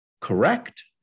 correct